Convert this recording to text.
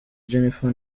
jennifer